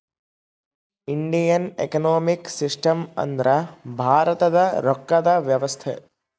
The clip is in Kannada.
ಇಂಡಿಯನ್ ಎಕನೊಮಿಕ್ ಸಿಸ್ಟಮ್ ಅಂದ್ರ ಭಾರತದ ರೊಕ್ಕದ ವ್ಯವಸ್ತೆ